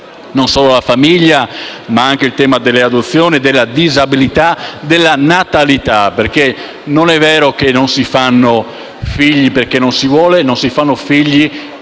non solo la famiglia, ma anche il tema delle adozioni, della disabilità e della natalità devono essere centrali, perché non è vero che non si fanno figli perché non si vuole; non si fanno e la